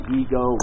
ego